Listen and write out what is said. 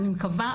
אני מקווה,